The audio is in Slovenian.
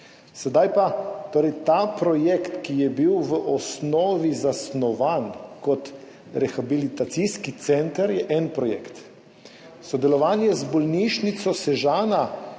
paralizo. Ta projekt, ki je bil v osnovi zasnovan kot rehabilitacijski center, je en projekt. Sodelovanje z Bolnišnico Sežana,